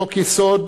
חוק-יסוד: